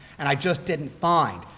and i just didn't find.